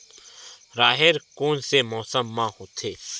राहेर कोन से मौसम म होथे?